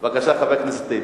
בבקשה, חבר הכנסת טיבי.